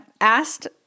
asked